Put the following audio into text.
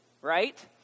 right